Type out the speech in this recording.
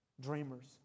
Dreamers